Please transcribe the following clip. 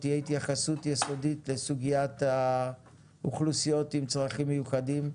תהיה התייחסות יסודית לסוגיית האוכלוסיות עם צרכים מיוחדים,